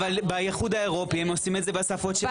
באיחוד האירופי הם עושים את זה בשפות שלהם.